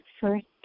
first